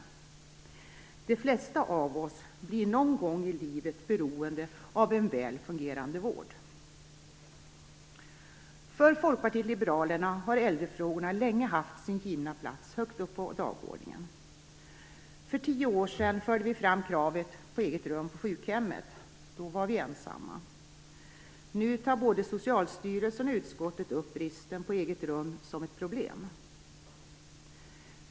De flesta av oss blir någon gång i livet beroende av en väl fungerande vård. För Folkpartiet liberalerna har äldrefrågorna länge haft sin givna plats högt upp på dagordningen. För tio år sedan förde vi fram kravet på eget rum på sjukhem. Då var vi ensamma. Nu tar både Socialstyrelsen och utskottet upp bristen på eget rum som ett problem.